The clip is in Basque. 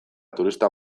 turista